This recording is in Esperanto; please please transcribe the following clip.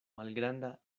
malgranda